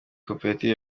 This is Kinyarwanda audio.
koperative